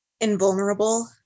invulnerable